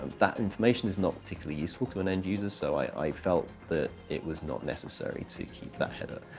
that information is not particularly useful to an end user. so i felt that it was not necessary to keep that header.